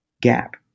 gap